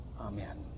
Amen